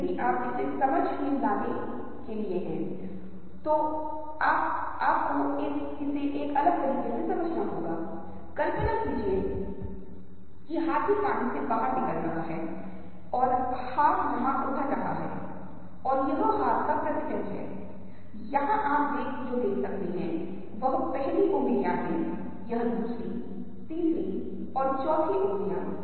यदि मुझे अनुमति दी जा सकती है तो मैं आपको जल्दी से दिखा सकता हूं कि हम वास्तव में इसके साथ कैसे खेल सकते हैं यदि आप छवि के इस हिस्से को देख रहे हैं तो यह विशिष्ट रूप से सकारात्मक है लेकिन यदि आप छवि के इस हिस्से को देख रहे हैं तब यह विशिष्ट रूप से नकारात्मक है